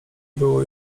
było